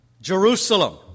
Jerusalem